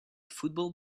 football